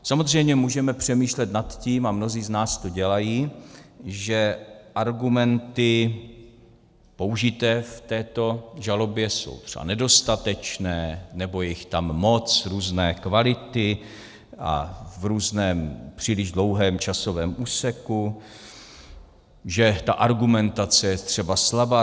Samozřejmě můžeme přemýšlet na tím, a mnozí z nás to dělají, že argumenty použité v této žalobě jsou třeba nedostatečné nebo je jich tam moc různé kvality a v různém, příliš dlouhém časovém úseku, že ta argumentace je třeba slabá.